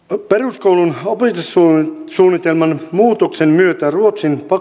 peruskoulun opetussuunnitelman muutoksen myötä ruotsin